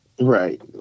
Right